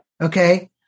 Okay